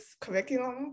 curriculum